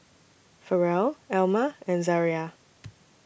Farrell Elma and Zariah